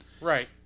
Right